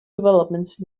developments